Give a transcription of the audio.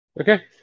Okay